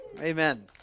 Amen